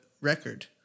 record